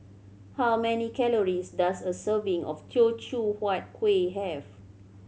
how many calories does a serving of Teochew Huat Kueh have